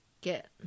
get